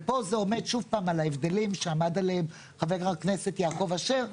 ופה זה עומד שוב על ההבדלים שעמד עליהם חבר הכנסת יעקב אשר,